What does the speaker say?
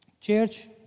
church